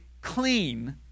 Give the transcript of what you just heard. clean